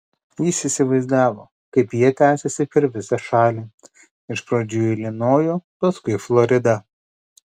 jis įsivaizdavo kaip jie tęsiasi per visą šalį iš pradžių į ilinojų paskui į floridą